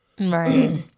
right